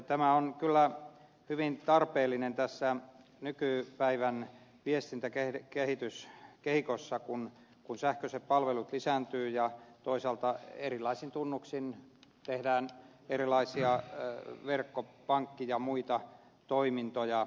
tämä on kyllä hyvin tarpeellinen tässä on nykyisin päivän viestintä käydä kehitys nykypäivän viestintäkehityskehikossa kun sähköiset palvelut lisääntyvät ja toisaalta erilaisin tunnuksin tehdään erilaisia verkkopankki ja muita toimintoja